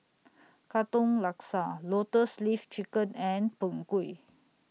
Katong Laksa Lotus Leaf Chicken and Png Kueh